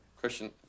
Christian